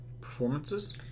Performances